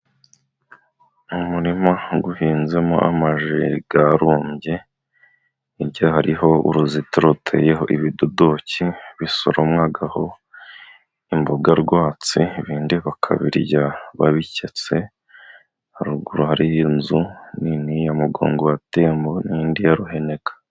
Umurima uhinzemo amajeri yarumbye, hirya hariho uruzitiro ruteyeho ibidodoki bisoromwaho imboga rwatsi, ibindi bakabirya babiketse. Haruguru hariyo inzu nini ya mugongo watembo n'indi ya ruheneka.